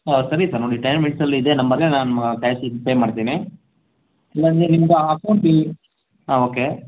ಹಾಂ ಸರಿ ಸರ್ ನೋಡಿ ಟೆನ್ ಮಿನಿಟ್ಸಲ್ಲಿ ಇದೆ ನಂಬರ್ಗೆ ನಾನು ಕ್ಯಾಶ್ ಇದು ಪೇ ಮಾಡ್ತೀನಿ ಇಲ್ಲಾಂದರೆ ನಿಮ್ದು ಅಕೌಂಟ್ ಹಾಂ ಓಕೆ